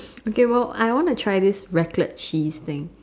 okay !wow! I want to try this Raclette cheese thing